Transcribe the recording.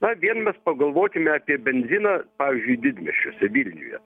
na vien mes pagalvokime apie benziną pavyzdžiui didmiesčiuose vilniuje